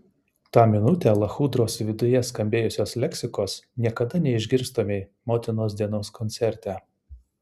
tą minutę lachudros viduje skambėjusios leksikos niekada neišgirstumei motinos dienos koncerte